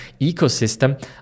ecosystem